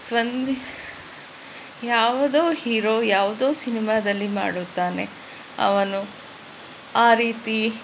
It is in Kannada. ಸ್ವಂದಿ ಯಾವುದೋ ಹೀರೋ ಯಾವುದೋ ಸಿನಿಮಾದಲ್ಲಿ ಮಾಡುತ್ತಾನೆ ಅವನು ಆ ರೀತಿ